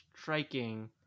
striking